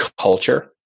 culture